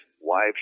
wives